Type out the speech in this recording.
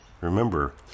Remember